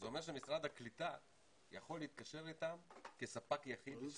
זה אומר שמשרד הקליטה יכול להתקשר איתם כספק יחיד.